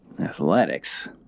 Athletics